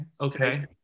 Okay